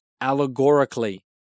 allegorically